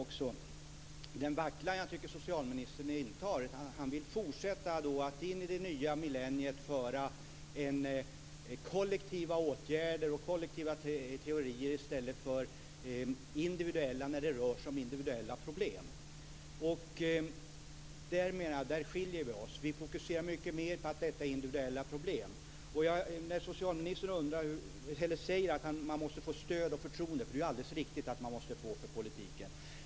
Jag tycker att socialministern vacklar när han in i det nya millenniet vill föra kollektiva åtgärder och kollektiva teorier i stället för individuella när det rör sig om individuella problem. Jag menar att vi där skiljer oss. Vi fokuserar mycket mer på att detta är individuella problem. Socialministern säger att man måste få stöd och förtroende för politiken, och det är alldeles riktigt.